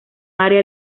área